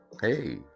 Hey